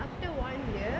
after one year